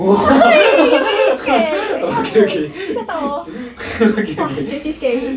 why you make me scared eh why you 吓到我 !wah! scary scary